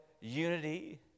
unity